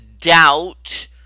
doubt